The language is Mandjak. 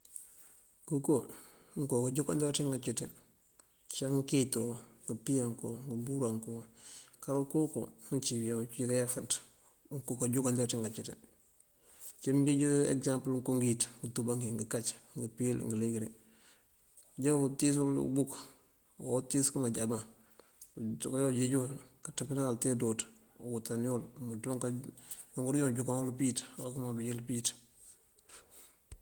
Ngënko, ngënko kanjúnkandër ţí ngaancinţí uciyak kíitú pëëmpíyankú, pëëmbúrank. Karunko unko unciwo oko káyáafanţ ngooko kanjunkandër tí ngaancinţí uncí mëëjeenj ekësampël ngënko ngëëwíţ, ngëtúbá, ngënkác, ngëëmpiiyël, ngëëliingëri. Aja utiil buk, utëpënáawul tee dúuţ uwëtanawul unk iiwuroorun áwú uyel pëëmpëwiţ.